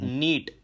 neat